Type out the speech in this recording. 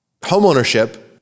homeownership